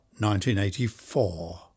1984